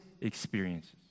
experiences